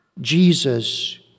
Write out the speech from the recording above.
Jesus